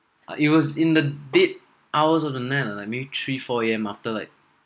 like it was in the dead hours of the night lah like maybe three four A_M after like